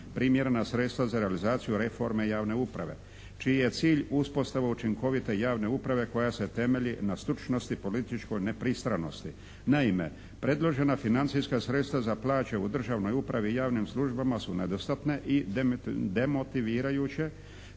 primjerena sredstva za realizaciju reforme javne uprave čiji je cilj uspostavu učinkovite javne uprave koja se temelji na stručnosti i političkoj nepristranosti. Naime, predložena financijska sredstva za plaće u državnoj upravi i javnim službama su nedostatne i demotivirajuće,